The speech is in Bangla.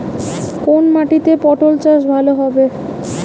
কোন মাটিতে পটল চাষ ভালো হবে?